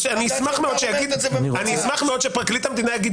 אז אני אשמח מאוד שפרקליט המדינה יגיד